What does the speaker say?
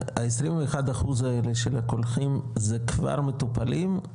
כשה-21% האלה של הקולחים זה כבר מטופלים?